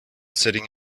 sitting